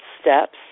steps